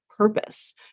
purpose